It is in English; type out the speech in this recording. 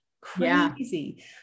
Crazy